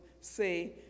say